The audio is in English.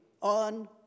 on